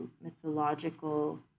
mythological